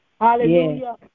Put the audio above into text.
Hallelujah